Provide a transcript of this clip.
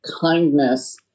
kindness